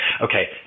okay